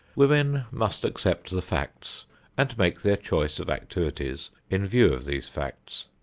women must accept the facts and make their choice of activities in view of these facts.